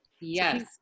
Yes